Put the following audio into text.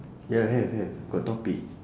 ya have have got topic